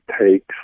takes